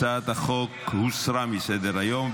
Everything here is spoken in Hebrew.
הצעת החוק הוסרה מסדר-היום.